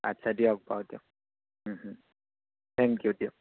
আচ্ছা দিয়ক বাৰু দিয়ক থেংক ইউ